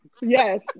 Yes